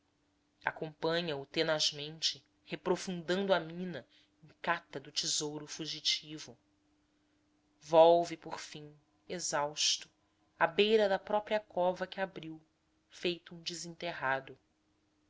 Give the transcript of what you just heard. pelo solo acompanha-o tenazmente reprofundando a mina em cata do tesouro fugitivo volve por fim exausto à beira da própria cova que abriu feito um desenterrado